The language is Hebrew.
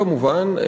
כמובן,